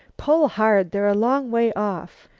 pull hard. they're a long way off.